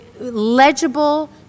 legible